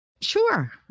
Sure